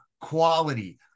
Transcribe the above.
quality